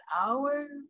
hours